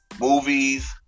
movies